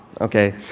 Okay